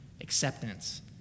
acceptance